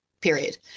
period